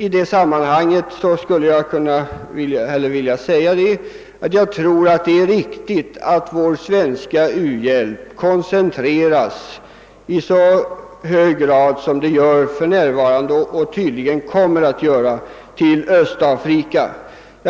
I detta sammanhang skulle jag vilja säga, att jag tror att det är riktigt att vår svenska u-hjälp i så hög grad som för närvarande sker koncentreras till Östafrika. Vi